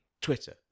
Twitter